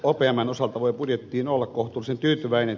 opmn osalta voi budjettiin olla kohtuullisen tyytyväinen